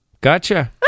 gotcha